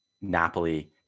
Napoli